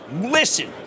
listen